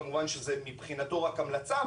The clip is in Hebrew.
כמובן שזה מבחינתו רק המלצה,